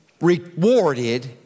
rewarded